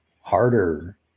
harder